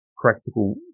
practical